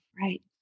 Right